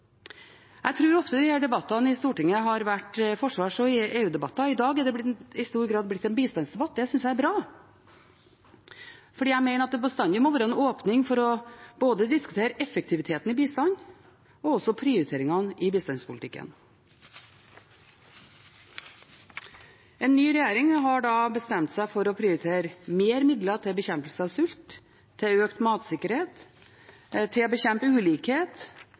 stor grad blitt en bistandsdebatt. Det synes jeg er bra, for jeg mener at det bestandig må være en åpning for å diskutere både effektiviteten i bistanden og prioriteringene i bistandspolitikken. En ny regjering har da bestemt seg for å prioritere mer midler til bekjempelse av sult, til økt matsikkerhet, til å bekjempe ulikhet